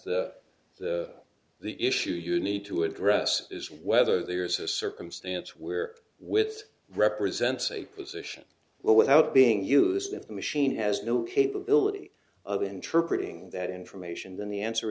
that the issue you need to address is whether there's a circumstance where with it represents a position well without being used if the machine has no capability of interpret ing that information then the answer